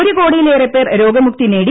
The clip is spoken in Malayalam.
ഒരു കോടിയിലേറെ പേർ രോഗമുക്തി നേടി